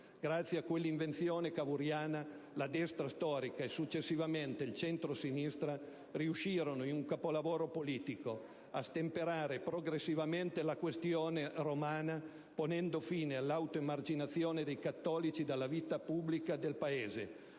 Grazie a quell'invenzione cavourriana, la destra storica e, successivamente, il centrosinistra riuscirono in un capolavoro politico: a stemperare progressivamente la «Questione romana» ponendo fine all'autoemarginazione dei cattolici dalla vita pubblica del Paese;